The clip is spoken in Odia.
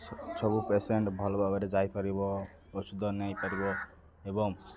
ସବୁ ପେସେଣ୍ଟ୍ ଭଲ ଭାବରେ ଯାଇପାରିବ ଔଷଧ ନେଇପାରିବ ଏବଂ